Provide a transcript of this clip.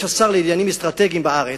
יש השר לעניינים אסטרטגיים בארץ,